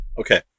Okay